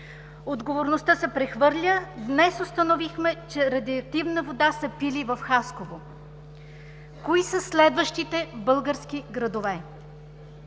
отговорността се прехвърля. Днес установихме, че радиоактивна вода са пили и в Хасково. Кои са следващите български градове?